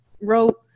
wrote